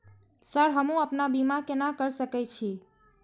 Sir हमू अपना बीमा केना कर सके छी?